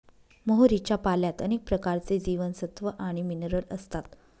मोहरीच्या पाल्यात अनेक प्रकारचे जीवनसत्व आणि मिनरल असतात